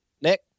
Nick